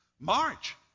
March